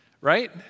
right